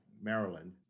Maryland